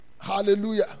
Hallelujah